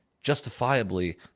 justifiably